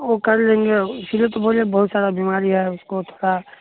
ओ कर लेंगे इसलिए तो बोले है बहुत सारा बीमारी है उसको थोड़ा